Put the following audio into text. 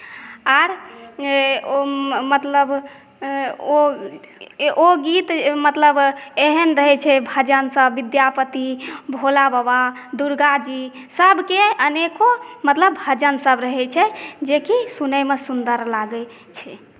आर ओ मतलब ओ गीत मतलब एहन रहै छै भजन सभ विद्यापति भोला बाबा दुर्गा जी सभके अनेको मतलब भजन सभ रहै छै जेकि सुनैमे बहुत सुन्दर लागै छी